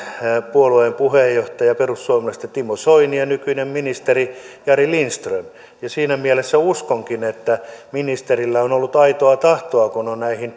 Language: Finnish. puolueen puheenjohtaja perussuomalaisista timo soini ja nykyinen ministeri jari lindström siinä mielessä uskonkin että ministerillä on ollut aitoa tahtoa kun on näihin